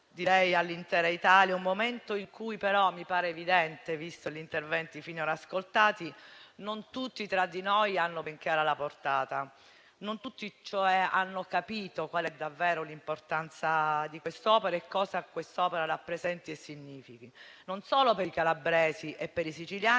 direi all'intera Italia. Un momento di cui, però, mi pare evidente - visti gli interventi finora ascoltati - non tutti tra noi hanno ben chiara la portata. Non tutti, cioè, hanno capito qual è davvero l'importanza di quest'opera e cosa quest'opera rappresenti e significhi non solo per i calabresi e per i siciliani,